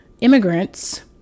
immigrants